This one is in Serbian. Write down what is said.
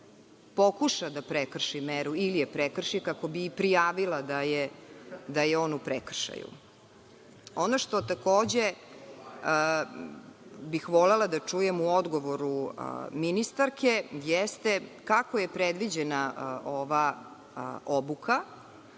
pokuša da prekrši meru ili je prekrši kako bi prijavila da je on u prekršaju. Ono što takođe bih volela da čujem u odgovoru ministarke, jeste kako je predviđena ova obuka,